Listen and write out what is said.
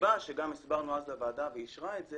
הסיבה שהסברנו אז לוועדה והיא אישרה את זה